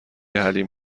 حلیم